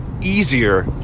easier